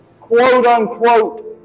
quote-unquote